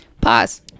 Pause